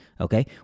Okay